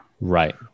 Right